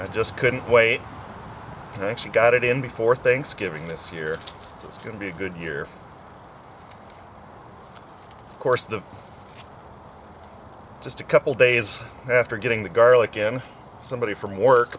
i just couldn't wait actually got it in before thanksgiving this year it's going to be a good year course the just a couple days after getting the garlic and somebody from work